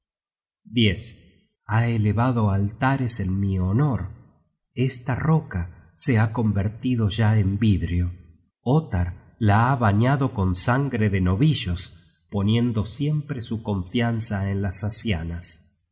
ha elevado altares en mi honor esta el oro content from google book search generated at roca se ha convertido ya en vidrio ottar la ha bañado con sangre de novillos poniendo siempre su confianza en las asianas